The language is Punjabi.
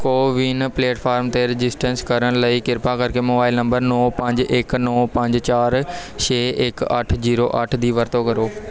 ਕੋਵਿਨ ਪਲੇਟਫਾਰਮ 'ਤੇ ਰਜਿਸਟੈਂਸ ਕਰਨ ਲਈ ਕਿਰਪਾ ਕਰਕੇ ਮੋਬਾਈਲ ਨੰਬਰ ਨੌਂ ਪੰਜ ਇੱਕ ਨੌਂ ਪੰਜ ਚਾਰ ਛੇ ਇੱਕ ਅੱਠ ਜ਼ੀਰੋ ਅੱਠ ਦੀ ਵਰਤੋਂ ਕਰੋ